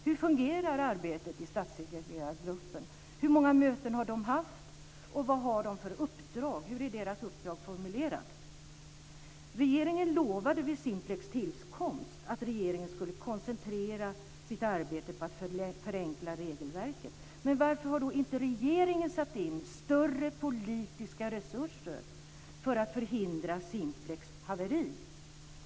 Hur fungerar arbetet i statssekreterargruppen? Hur många möten har de haft och vad har de för uppdrag? Hur är deras uppdrag formulerat? Vid Simplex tillkomst lovade regeringen att den skulle koncentrera sitt arbete på att förenkla regelverket. Men varför har då inte regeringen satt in större politiska resurser för att förhindra Simplex haveri?